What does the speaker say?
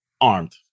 armed